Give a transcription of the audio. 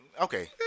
Okay